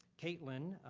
kaitlin,